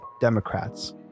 Democrats